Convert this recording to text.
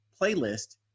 playlist